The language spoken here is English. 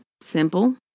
simple